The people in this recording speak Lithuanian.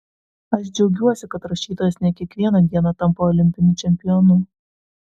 aš džiaugiuosi kad rašytojas ne kiekvieną dieną tampa olimpiniu čempionu